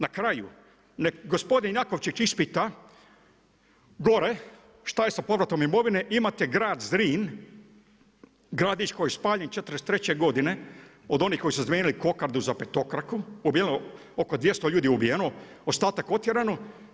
Na kraju, nek gospodin Jakovčić ispita gore šta je sa povratom imovine, imate grad Zrin, gradić koji je spaljen '43. godine, od onih koji su zamijenili kokardu za petokraku, oko 200 ljudi ubijeno, ostatak otjerano.